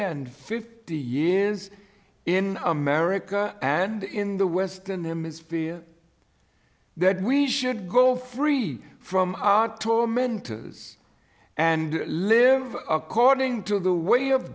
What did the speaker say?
and fifty year is in america and in the western hemisphere that we should go free from our tormentors and live according to the way of